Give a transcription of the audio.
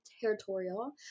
territorial